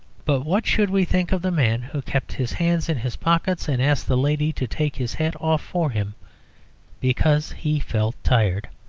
but what should we think of the man who kept his hands in his pockets and asked the lady to take his hat off for him because he felt tired?